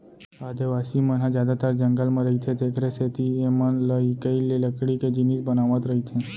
आदिवासी मन ह जादातर जंगल म रहिथे तेखरे सेती एमनलइकई ले लकड़ी के जिनिस बनावत रइथें